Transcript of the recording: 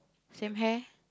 same hair